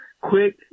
Quick